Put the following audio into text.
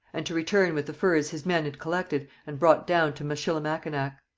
and to return with the furs his men had collected and brought down to michilimackinac.